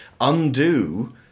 undo